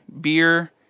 beer